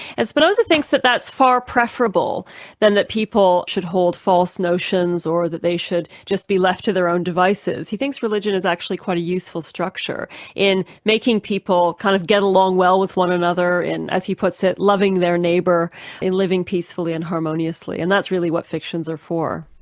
and spinoza thinks that that's far preferable than that people should hold false notions or that they should just be left to their own devices. he thinks religion is actually quite a useful structure in making people kind of get along well with one another and, as he puts it, loving their neighbor in living peacefully and harmoniously. and that's really what fictions are for.